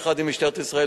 יחד עם משטרת ישראל,